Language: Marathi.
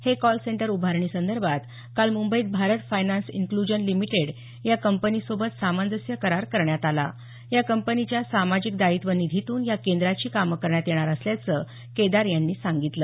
हे कॉल सेंटर उभारणीसाठी काल मुंबईत भारत फायनांस इन्ह्लजन लिमिटेड या कंपनीसोबत सामंजस्य करार करण्यात आला या कंपनीच्या सामाजिक दायित्व निधीतून या केंद्राची कामं करण्यात येणार असल्याचं केदार यांनी सांगितलं